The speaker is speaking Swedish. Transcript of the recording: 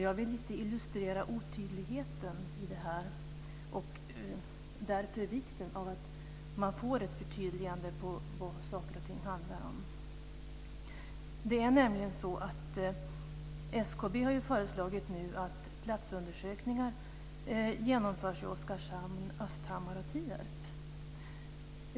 Jag vill illustrera otydligheten i detta, och därtill vikten av att man får ett förtydligande av vad saker och ting handlar om. SKB har nämligen föreslagit att platsundersökningar ska genomföras i Oskarshamn, Östhammar och Tierp.